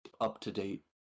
up-to-date